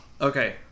Okay